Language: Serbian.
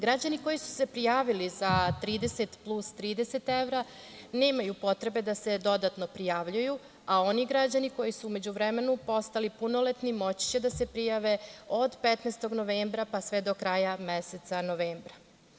Građani koji su se prijavili za 30 plus 30 evra nemaju potrebe da se dodatno prijavljuju, a oni građani koji su u međuvremenu postali punoletni moći će da se prijave od 15. novembra pa sve do kraja meseca novembra.